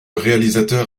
réalisateur